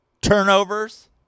turnovers